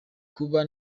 kuba